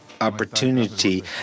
opportunity